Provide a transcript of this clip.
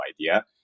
idea